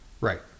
Right